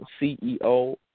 CEO